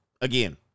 again